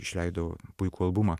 išleido puikų albumą